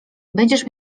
będziesz